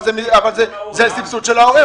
אבל זה הסבסוד של ההורה,